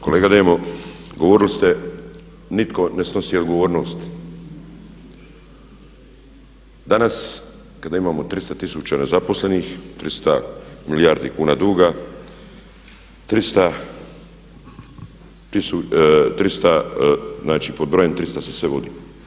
Kolega Demo, govorili ste nitko ne snosi odgovornost, danas kada imamo 300 tisuća nezaposlenih, 300 milijardi kuna duga, 300, znači pod brojem 300 se sve vodi.